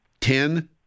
ten